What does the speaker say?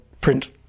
print